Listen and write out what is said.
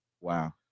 Wow